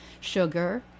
sugar